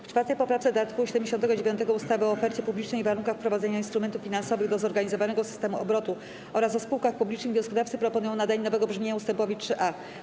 W 4. poprawce do art. 79 ustawy o ofercie publicznej i warunkach wprowadzania instrumentów finansowych do zorganizowanego systemu obrotu oraz o spółkach publicznych wnioskodawcy proponują nadanie nowego brzmienia ust. 3a.